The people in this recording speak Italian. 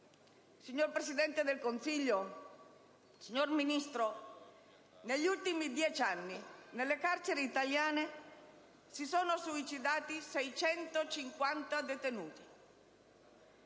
Signor Presidente del Consiglio, signor Ministro, negli ultimi dieci anni nelle carceri italiane si sono suicidati 650 detenuti.